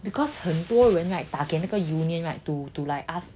because 很多人 right 打给那个 union right to to like ask